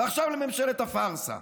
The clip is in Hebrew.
ועכשיו ממשלת הפארסה,